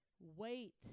Wait